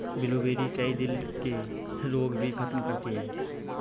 blueberry, कई दिल के रोग भी खत्म करती है